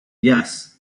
yes